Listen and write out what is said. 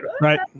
Right